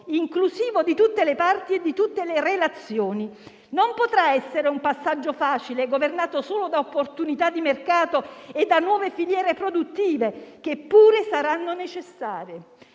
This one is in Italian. inclusivo di tutte le parti e di tutte le relazioni. Non potrà essere un passaggio facile, governato solo da opportunità di mercato e da nuove filiere produttive, che pure saranno necessarie.